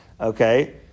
Okay